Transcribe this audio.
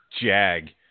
jag